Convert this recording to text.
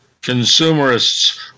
Consumerists